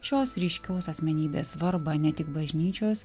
šios ryškios asmenybės svarbą ne tik bažnyčios